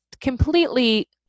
completely